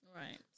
Right